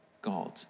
God